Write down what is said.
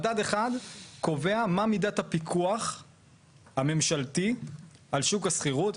מדד אחד קובע מה מידת הפיקוח הממשלתי על שוק השכירות.